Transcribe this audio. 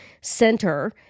center